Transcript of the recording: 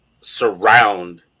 surround